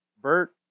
Bert